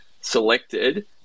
selected